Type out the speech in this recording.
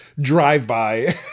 drive-by